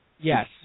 Yes